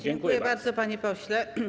Dziękuję bardzo, panie pośle.